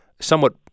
somewhat